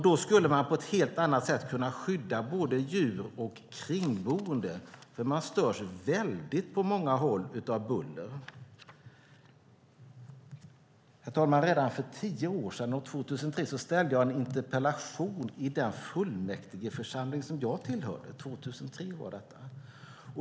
Då skulle man på ett helt annat sätt kunna skydda både djur och kringboende. Man störs nämligen på många håll väldigt av buller. Herr talman! Redan för tio år sedan, år 2003, ställde jag en interpellation i den fullmäktigeförsamling som jag då tillhörde.